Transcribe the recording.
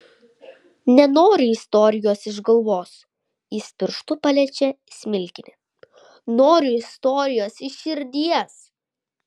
nenoriu istorijos iš galvos jis pirštu paliečia smilkinį noriu istorijos iš širdies